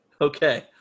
Okay